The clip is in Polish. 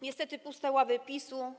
Niestety puste ławy PiS-u.